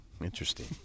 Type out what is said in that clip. Interesting